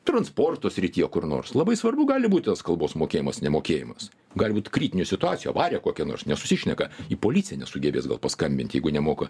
transporto srityje kur nors labai svarbu gali būti tas kalbos mokėjimas nemokėjimas gali būt kritinių situacijų avarija kokia nors nesusišneka į policiją nesugebės gal paskambint jeigu nemoka